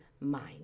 mind